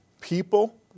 people